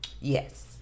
Yes